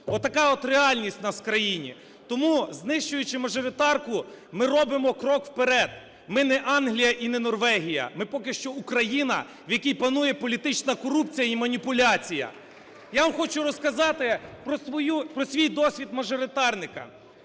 Така от реальність у нас в країні. Тому, знищуючи мажоритарку, ми робимо крок вперед, ми не Англія і не Норвегія, ми поки що Україна, в якій панує політична корупція і маніпуляція. Я вам хочу розказати про свій досвід мажоритарника.